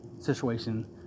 situation